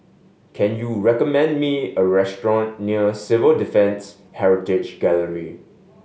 can you recommend me a restaurant near Civil Defence Heritage Gallery